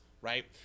right